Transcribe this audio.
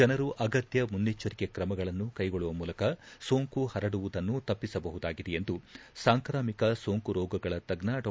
ಜನರು ಅಗತ್ಯ ಮುನ್ನೆಚ್ಚರಿಕೆ ತ್ರಮಗಳನ್ನು ಕೈಗೊಳ್ಳುವ ಮೂಲಕ ಸೋಂಕು ಪರಡುವುದನ್ನು ತಪ್ಪಿಸಬಹುದಾಗಿದೆ ಎಂದು ಸಾಂಕ್ರಾಮಿಕ ಸೋಂಕು ರೋಗಗಳ ತಜ್ಞ ಡಾ